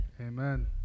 Amen